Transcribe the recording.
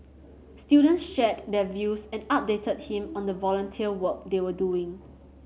students shared their views and updated him on the volunteer work they were doing